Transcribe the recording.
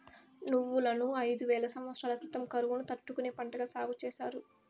నువ్వులను ఐదు వేల సమత్సరాల క్రితం కరువును తట్టుకునే పంటగా సాగు చేసారు